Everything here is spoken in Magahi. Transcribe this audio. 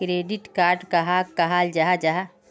क्रेडिट कार्ड कहाक कहाल जाहा जाहा?